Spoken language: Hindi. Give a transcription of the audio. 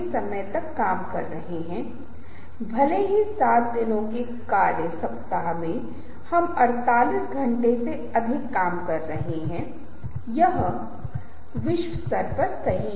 जबकि मेरे दस पंद्रह कोल्ड ड्रिंक्स मैं वहां पर लिखता हूं लेकिन मेरे पास समय नहीं है और मुझे इसे देखने का इरादा नहीं है